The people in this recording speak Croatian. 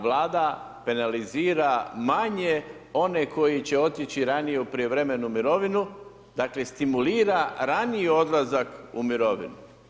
Vlada penalizira manje one koji će otići ranije u prijevremenu mirovinu dakle stimulira raniji odlazak u mirovinu.